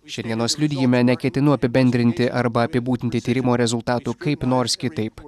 šiandienos liudijime neketinu apibendrinti arba apibūdinti tyrimo rezultatų kaip nors kitaip